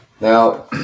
Now